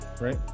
Right